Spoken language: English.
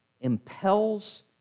impels